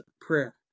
prayer